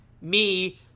me-